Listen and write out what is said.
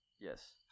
Yes